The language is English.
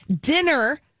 dinner